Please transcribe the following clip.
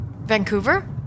Vancouver